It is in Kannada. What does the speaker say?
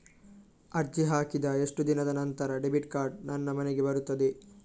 ಅರ್ಜಿ ಹಾಕಿದ ಎಷ್ಟು ದಿನದ ನಂತರ ಡೆಬಿಟ್ ಕಾರ್ಡ್ ನನ್ನ ಮನೆಗೆ ಬರುತ್ತದೆ?